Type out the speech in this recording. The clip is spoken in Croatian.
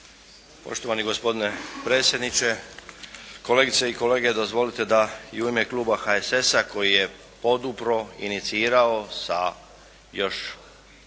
Poštovani gospodine predsjedniče, kolegice i kolege. Dozvolite da i u ime kluba HSS-a koji je podupro, inicirao sa još